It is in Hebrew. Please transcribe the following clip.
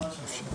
כן.